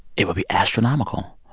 it would be astronomical.